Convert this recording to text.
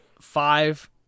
five